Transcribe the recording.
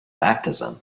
baptism